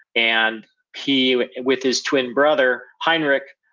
and he with his twin brother heinrich,